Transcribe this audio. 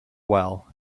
well